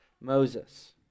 Moses